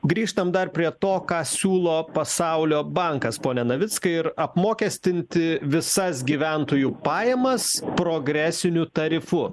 grįžtam dar prie to ką siūlo pasaulio bankas pone navickai ir apmokestinti visas gyventojų pajamas progresiniu tarifu